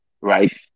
right